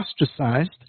ostracized